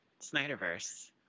Snyderverse